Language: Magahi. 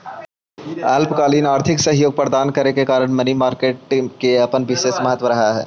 अल्पकालिक आर्थिक सहयोग प्रदान करे कारण मनी मार्केट के अपन विशेष महत्व रहऽ हइ